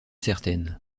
certaine